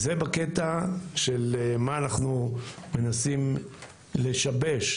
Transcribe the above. זה בקטע של מה אנחנו מנסים לשבש.